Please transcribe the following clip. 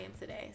today